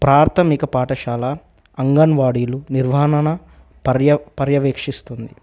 ప్రాథమిక పాఠశాల అంగన్వాడీలు నిర్వాహణ పర్యవేక్షిస్తుంది